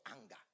anger